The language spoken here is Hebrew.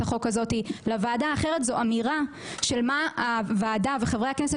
החוק הזאת לוועדה אחרת זו אמירה של מה הוועדה וחברי הכנסת